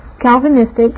Calvinistic